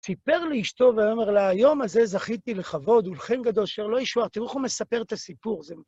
סיפר לאשתו ואומר לה, היום הזה זכיתי לכבוד ולכם גדול שלא ישוער. תראו איך הוא מספר את הסיפור, זה